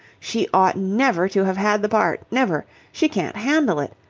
she ought never to have had the part, never. she can't handle it.